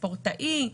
ספורטאי,